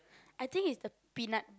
I think is the peanut